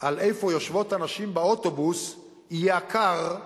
על איפה הנשים יושבות באוטובוס יהיה עקר,